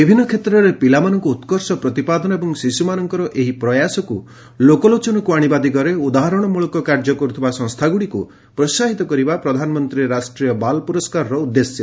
ବିଭିନ୍ନ କ୍ଷେତ୍ରରେ ପିଲାମାନଙ୍କୁ ଉତ୍କର୍ଷ ପ୍ରତିପାଦନ ଏବଂ ଶିଶୁମାନଙ୍କର ଏହି ପ୍ରୟାସକୁ ଲୋକଲୋଚନକୁ ଆଣିବା ଦିଗରେ ଉଦାହରଣମୂଳକ କାର୍ଯ୍ୟ କରୁଥିବା ସଂସ୍ଥାଗୁଡ଼ିକୁ ପ୍ରୋସାହିତ କରିବା ପ୍ରଧାନମନ୍ତ୍ରୀ ରାଷ୍ଟ୍ରୀୟ ବାଳ ପୁରସ୍କାରର ଉଦ୍ଦେଶ୍ୟ